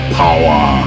power